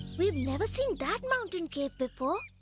we have never seen that mountain cave before!